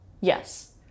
yes